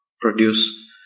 produce